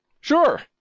Sure